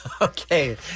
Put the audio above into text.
Okay